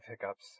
hiccups